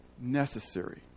Necessary